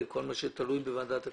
כל מה שתלוי בוועדת הכספים,